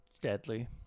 Deadly